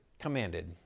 commanded